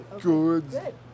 good